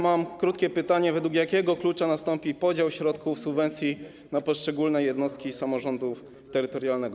Mam krótkie pytanie: Według jakiego klucza nastąpi podział środków z subwencji na poszczególne jednostki samorządów terytorialnego?